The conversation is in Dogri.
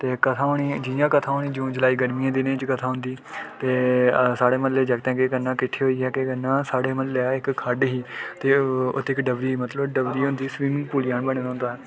ते कथा होनी जि'यां कथा होनी जून जुलाई गर्मियें दे दिनें च कथा होंदी ते साढ़े म्हल्ले दे जगतें केह् करना किट्ठे होइयै केह् करना साढ़े म्हल्लै इक खड्ड ही ते उत्थै डबरी ही डबरी मतलब स्विमिंग पूल जेहा बने दा होंदा हा